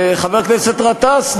חבר הכנסת גטאס,